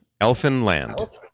Elfinland